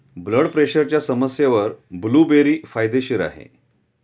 blood प्रेशरच्या समस्येवर blueberry फायदेशीर आहे